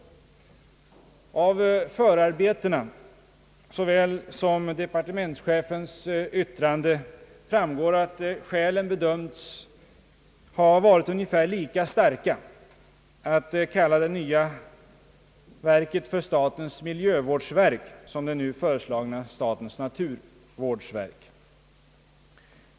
Av förarbetena såväl som av departementschefens yttrande framgår, att skälen bedömts ha varit ungefär lika starka att kalla det nya verket för statens miljövårdsverk som det nu föreslagna statens naturvårdsverk.